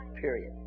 Period